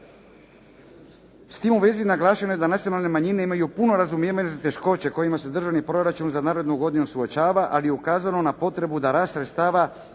S tim u vezi naglašeno je da nacionalne manjine imaju puno razumijevanja za teškoće kojima se državni proračun za narednu godinu suočava, ali je ukazano na potrebu da rast sredstava